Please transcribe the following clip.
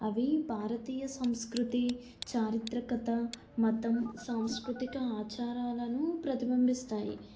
అవి భారతీయ సంస్కృతి చారిత్రకత మతం సాంస్కృతిక ఆచారాలను ప్రతిబింబిస్తాయి